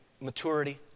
maturity